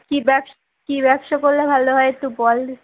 কী ব্যবসা কী ব্যবসা করলে ভালো হয় একটু বল দে